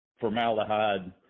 formaldehyde